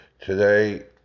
Today